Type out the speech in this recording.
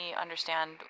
understand